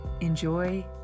enjoy